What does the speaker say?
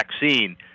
vaccine